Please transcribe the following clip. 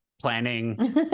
planning